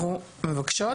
אנחנו מבקשות,